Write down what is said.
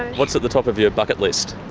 what's at the top of your bucket list?